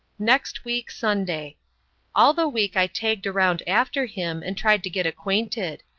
next week sunday all the week i tagged around after him and tried to get acquainted.